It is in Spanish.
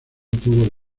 tuvo